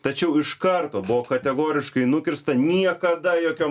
tačiau iš karto buvo kategoriškai nukirsta niekada jokiom